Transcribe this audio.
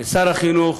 לשר החינוך,